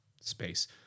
space